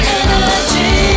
energy